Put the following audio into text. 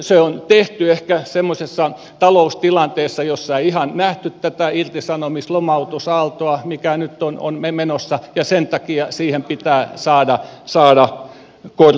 se on tehty ehkä semmoisessa taloustilanteessa jossa ei ihan nähty tätä irtisanomis lomautusaaltoa mikä nyt on menossa ja sen takia siihen pitää saada korjaus